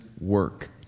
work